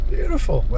Beautiful